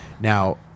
Now